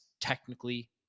technically